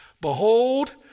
Behold